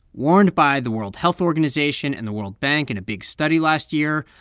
warned by the world health organization and the world bank in a big study last year,